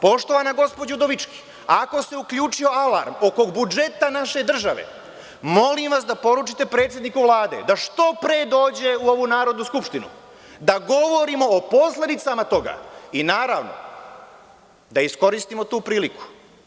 Poštovana gospođo Udovički, ako se uključio alarm oko budžeta naše države, molim vas da poručite predsedniku Vlade da što pre dođe u ovu Narodnu skupštinu, da govorimo o posledicama toga i naravno, da iskoristimo tu priliku.